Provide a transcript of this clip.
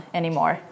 anymore